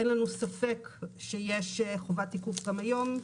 אין לנו ספק שיש חובת תיקוף גם היום,